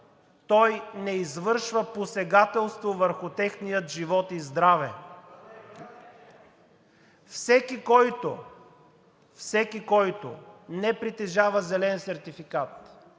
той не извършва посегателство върху техния живот и здраве. Всеки, който не притежава зелен сертификат,